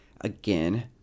Again